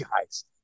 guys